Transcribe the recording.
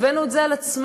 הבאנו את זה על עצמנו.